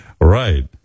Right